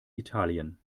italien